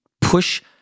push